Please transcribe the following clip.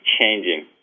changing